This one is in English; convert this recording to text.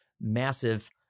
massive